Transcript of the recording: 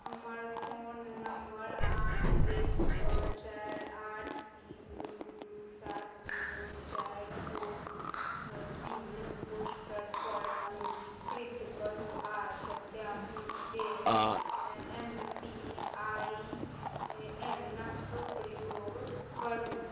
हमर phone number आठ एक छओ चारि आठ तीन दुइ दुइ सात जीरो चारि कोविन पोर्टलपर पञ्जीकृत करू आओर सत्यापनके लेल एम पी आइ एन के प्रयोग करू